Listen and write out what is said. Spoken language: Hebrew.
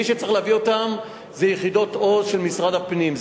מי שצריך להביא אותם זה יחידות "עוז" של משרד הפנים,